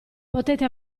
potete